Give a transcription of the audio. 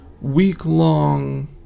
week-long